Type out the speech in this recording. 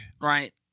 right